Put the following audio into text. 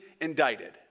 indicted